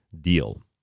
deal